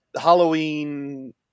halloween